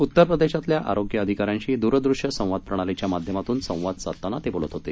उत्तर प्रदेशमधल्या आरोग्य अधिकाऱ्यांशी दूरदृष्यसंवाद प्रणालीचा माध्यमातून संवाद साधताना ते बोलत होते